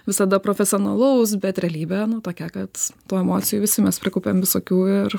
visada profesionalaus bet realybė tokia kad tų emocijų visi mes prikaupiam visokių ir